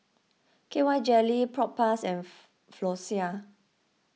K Y Jelly Propass and Floxia